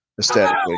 aesthetically